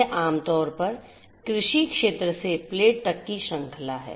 यह आमतौर पर कृषि क्षेत्र से प्लेट तक की श्रृंखला है